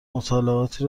مطالعاتی